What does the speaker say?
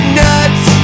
nuts